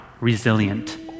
resilient